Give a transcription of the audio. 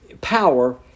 power